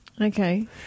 Okay